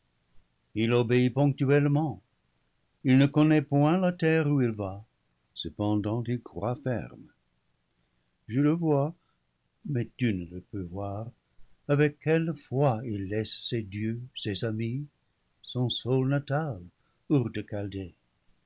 il obéit ponctuellement il ne connaît point la terre où il va cependant il croit ferme je le vois mais tu ne le peux voir avec quelle foi il laisse ses dieux ses amis son sol na